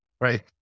Right